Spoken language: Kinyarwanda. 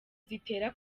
zitera